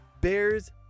Bears